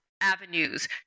avenues